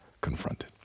confronted